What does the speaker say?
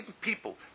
people